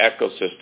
ecosystem